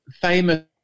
famous